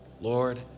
Lord